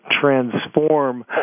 transform